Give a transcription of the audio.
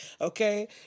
Okay